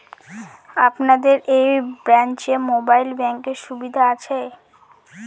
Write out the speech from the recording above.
আপনাদের এই ব্রাঞ্চে মোবাইল ব্যাংকের সুবিধে আছে?